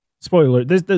Spoiler